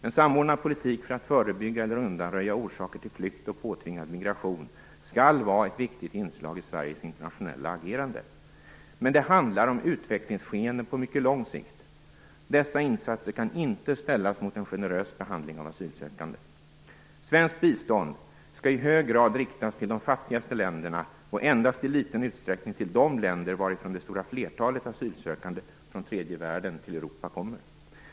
En samordnad politik för att förebygga eller undanröja orsaker till flykt och påtvingad migration skall vara ett viktigt inslag i Sveriges internationella agerande. Men det handlar om utvecklingsskeenden på mycket lång sikt. Dessa insatser kan inte ställas mot en generös behandling av asylsökande. Svenskt bistånd skall i hög grad riktas till de fattigaste länderna och endast i liten utsträckning till de länder varifrån det stora flertalet asylsökande från tredje världen till Europa kommer.